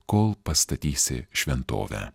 kol pastatysi šventovę